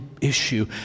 issue